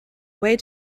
way